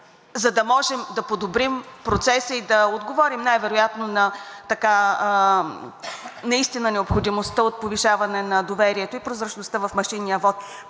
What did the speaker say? за да можем да подобрим процеса и да отговорим най-вероятно наистина на необходимостта от повишаване на доверието и прозрачността в машинния вот,